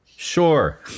Sure